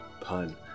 pun